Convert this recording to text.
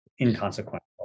inconsequential